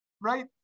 right